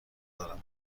دارم